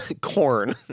corn